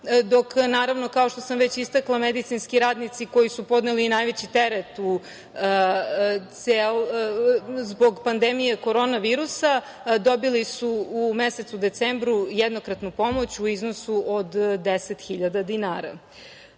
dok naravno, kao što sam već istakla, medicinski radnici koji su podneli najveći teret zbog pandemije korona virusa, dobili su u mesecu decembru jednokratnu pomoć u iznosu od 10.000 dinara. Kada